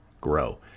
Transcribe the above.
grow